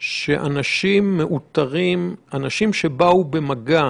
כחמישה ימים אחרי שהוא בא במגע